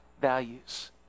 values